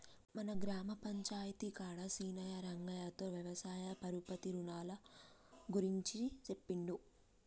మన గ్రామ పంచాయితీ కాడ సీనయ్యా రంగయ్యతో వ్యవసాయ పరపతి రునాల గురించి సెప్పిండు